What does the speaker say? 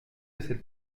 cette